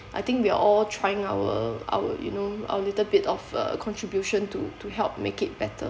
I think we are all trying our our you know our little bit of uh contribution to to help make it better